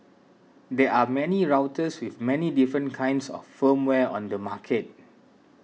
there are many routers with many different kinds of firmware on the market